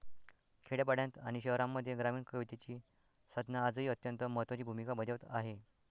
खेड्यापाड्यांत आणि शहरांमध्ये ग्रामीण कवितेची साधना आजही अत्यंत महत्त्वाची भूमिका बजावत आहे